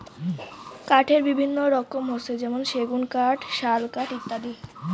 কাঠের বিভিন্ন রকম হসে যেমন সেগুন কাঠ, শাল কাঠ ইত্যাদি